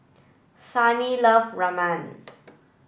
Sunny love Ramen